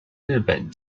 日本